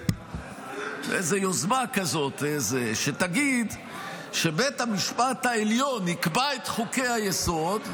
איזו יוזמה כזאת שתגיד שבית המשפט העליון יקבע את חוקי-היסוד,